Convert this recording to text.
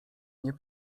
nie